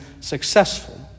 successful